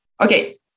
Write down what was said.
okay